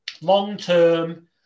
long-term